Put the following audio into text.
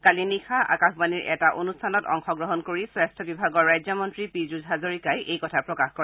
কালি নিশা আকাশবাণীৰ এটা অনষ্ঠানত অংশগ্ৰহণ কৰি স্বাস্থ্য বিভাগৰ ৰাজ্যমন্ত্ৰী পীযুষ হাজৰিকাই এই কথা প্ৰকাশ কৰে